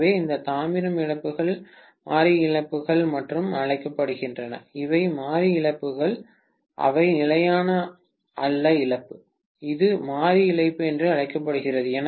எனவே இந்த தாமிரம் இழப்புகள் மாறி இழப்புகள் என்றும் அழைக்கப்படுகின்றன இவை மாறி இழப்புகள் அவை நிலையானவை அல்ல இழப்பு இது மாறி இழப்பு என்று அழைக்கப்படுகிறது